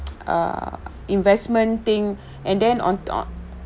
err investment thing and then on top